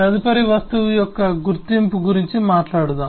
తదుపరి వస్తువు యొక్క గుర్తింపు గురించి మాట్లాడుదాం